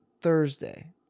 Thursday